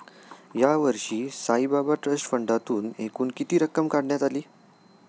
यावर्षी साईबाबा ट्रस्ट फंडातून एकूण किती रक्कम काढण्यात आली?